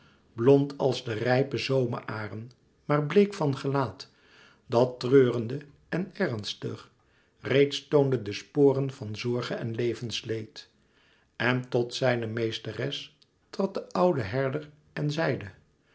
blond als de rijpe zomeraren maar bleek van gelaat dat treurende en ernstig reeds toonde de sporen van zorge en levensleed en tot zijne meesteres trad de oudste herder en zeide